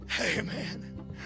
Amen